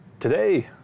Today